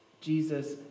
Jesus